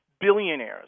billionaires